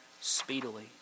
speedily